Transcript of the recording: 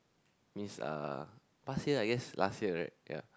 means uh past year I guess last year right ya